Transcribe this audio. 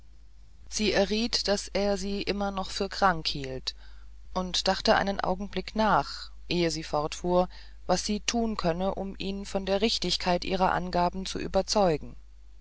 sie erriet daß er sich noch immer für krank hielt und dachte einen augenblick nach ehe sie fortfuhr was sie tun könne um ihn von der richtigkeit ihrer angaben zu überzeugen